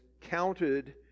counted